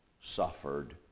suffered